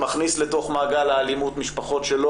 שמכניס לתוך מעגל האלימות משפחות שלא